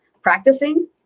practicing